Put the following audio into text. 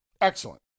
Excellent